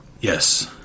Yes